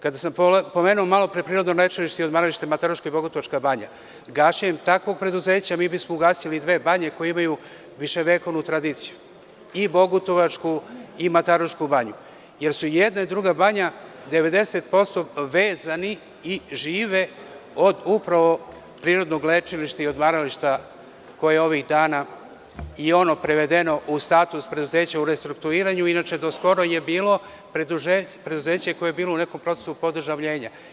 Kada sam pomenuo malopre prirodno lečilište i odmaralište Mataruška i Bogutovačka banja, gašenjem takvog preduzeća bismo ugasili dve banje koje imaju viševekovnu tradiciju i Bogutovačku i Matarušku banju, jer su i jedna i druga 90% vezane i žive upravo od prirodnog lečilišta i odmarališta, koje je ovih dana prevedeno u status preduzeća u restrukturiranju, inače, do skoro je bilo preduzeće koje je bilo u nekom procesu podržavljenja.